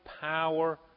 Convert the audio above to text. power